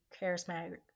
charismatic